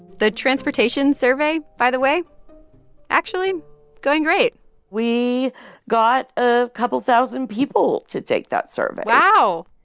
the transportation survey, by the way actually going great we got a couple thousand people to take that survey wow.